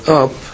up